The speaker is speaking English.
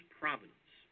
providence